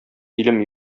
илем